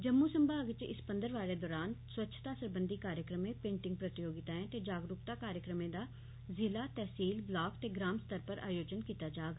जम्मू संभाग इच इस पखवाड़े दरान स्वच्छता सरबंधी कार्यक्रमें पेंटिंग प्रतियोगिताएं ते जागरूकता कार्यक्रमें दा जिला तहसील ब्लॉक ते ग्राम स्तर पर आयोजन कीता जाग